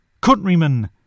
countrymen